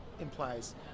implies